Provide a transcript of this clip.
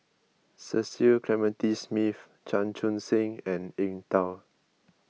Cecil Clementi Smith Chan Chun Sing and Eng Tow